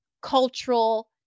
cultural